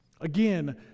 Again